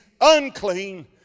unclean